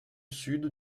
sud